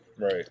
Right